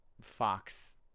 fox